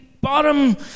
bottom